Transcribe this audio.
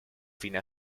fine